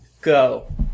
go